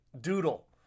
doodle